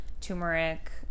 turmeric